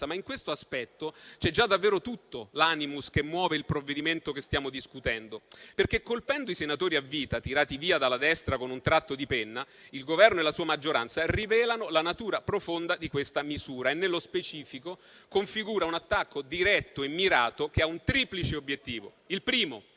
ma in questo aspetto c'è già davvero tutto l'*animus* che muove il provvedimento che stiamo discutendo, perché colpendo i senatori a vita tirati via dalla destra con un tratto di penna, il Governo e la sua maggioranza rivelano la natura profonda di questa misura e, nello specifico, configura un attacco diretto e mirato che ha un triplice obiettivo: il primo,